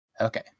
Okay